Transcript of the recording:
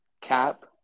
cap